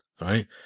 right